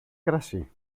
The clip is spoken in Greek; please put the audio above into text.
κρασί